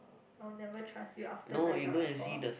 I'll never trust you after Niagara Falls